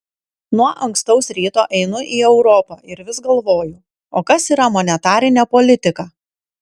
nuo ankstaus ryto einu į europą ir vis galvoju o kas yra monetarinė politika